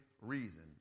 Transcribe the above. reason